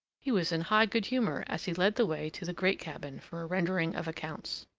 he was in high good-humour as he led the way to the great cabin for a rendering of accounts.